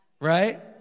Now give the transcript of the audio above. Right